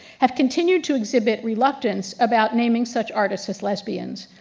have continued to exhibit reluctance about naming such artists as lesbians.